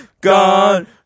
gone